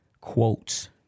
Quotes